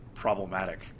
problematic